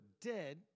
dead